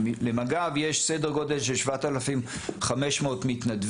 למג"ב יש סדר גודל של 7,500 מתנדבים